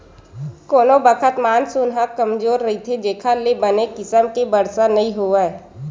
कोनो बखत मानसून ह कमजोर रहिथे जेखर ले बने किसम ले बरसा नइ होवय